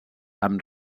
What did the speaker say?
amb